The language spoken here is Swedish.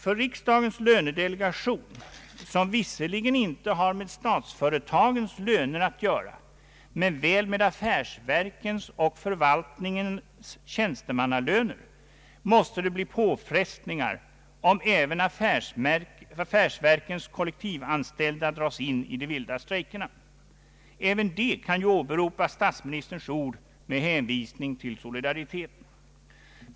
För riksdagens lönedelegation, som visserligen inte har med statsföretagens löner att göra men väl med affärsverkens och förvaltningens tjänstemannalöner, måste det bli påfrestningar om även affärsverkens kollektivanställda dras in i de vilda streikerna. även de kan åberopa statsministerns ord med hänvisning till solidariteten.